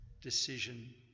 decision